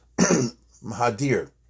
Mahadir